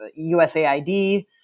USAID